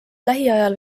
lähiajal